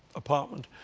apartment.